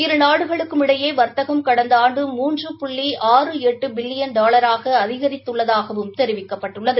இரு நாடுகளுக்கும் இடையே வர்த்தகம் கடந்த ஆண்டு மூன்று புள்ளி ஆறு எட்டு பில்லியன் டாலராக அதிகரித்துள்ளதாகவும் தெரிவிக்கப்பட்டுள்ளது